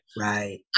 Right